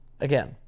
Again